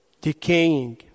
decaying